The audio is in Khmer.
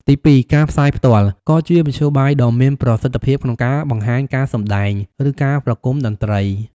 ទីពីរ ការផ្សាយផ្ទាល់ ក៏ជាមធ្យោបាយដ៏មានប្រសិទ្ធភាពក្នុងការបង្ហាញការសម្ដែង ឬការប្រគំតន្ត្រី។